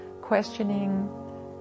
questioning